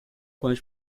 quando